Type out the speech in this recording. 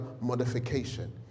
modification